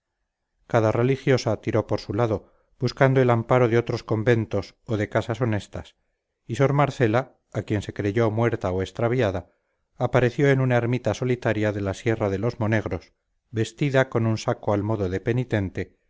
cada religiosa tiró por su lado buscando el amparo de otros conventos o de casas honestas y sor marcela a quien se creyó muerta o extraviada apareció en una ermita solitaria de la sierra de los monegros vestida con un saco al modo de penitente